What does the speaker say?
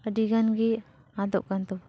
ᱟᱹᱰᱤ ᱜᱟᱱ ᱜᱮ ᱟᱫᱚᱜ ᱠᱟᱱ ᱛᱟᱵᱚᱱᱟ